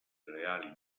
reali